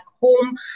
home